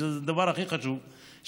שזה הדבר הכי חשוב.